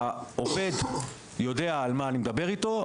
העובד יודע על מה אני מדבר איתו,